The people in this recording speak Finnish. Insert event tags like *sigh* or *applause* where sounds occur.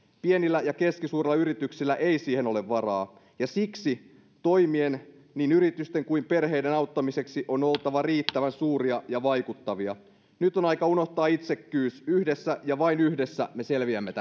pienillä ja keskisuurilla yrityksillä ei siihen ole varaa ja siksi toimien niin yritysten kuin perheiden auttamiseksi on oltava riittävän suuria ja vaikuttavia nyt on aika unohtaa itsekkyys yhdessä ja vain yhdessä me selviämme *unintelligible*